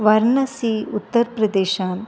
वाराणसी उत्तर प्रदेशान